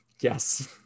yes